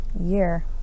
year